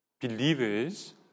believers